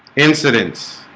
incidents